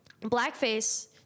blackface